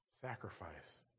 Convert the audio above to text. sacrifice